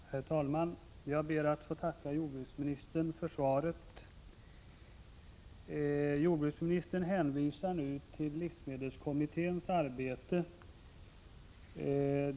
Herr talman! Jag ber att få tacka jordbruksministern för svaret. Jordbruksministern hänvisar nu till livsmedelskommitténs arbete.